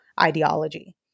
ideology